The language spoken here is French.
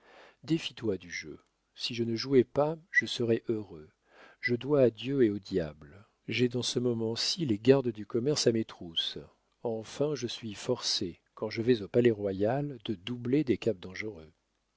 défie toi du jeu si je ne jouais pas je serais heureux je dois à dieu et au diable j'ai dans ce moment-ci les gardes du commerce à mes trousses enfin je suis forcé quand je vais au palais-royal de doubler des caps dangereux